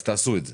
אז תעשו את זה.